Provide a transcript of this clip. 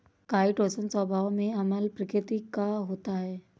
chitosan स्वभाव में अम्ल प्रकृति का होता है